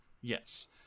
yes